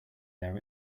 there